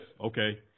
Okay